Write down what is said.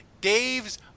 Dave's